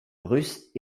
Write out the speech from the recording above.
russe